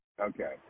Okay